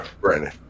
Brandon